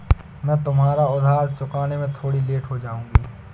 मैं तुम्हारा उधार चुकाने में थोड़ी लेट हो जाऊँगी